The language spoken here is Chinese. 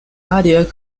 蛱蝶